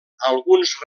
alguns